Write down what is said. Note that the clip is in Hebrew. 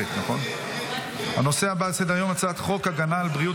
הנושא הבא על סדר-היום: הצעת חוק הגנה על בריאות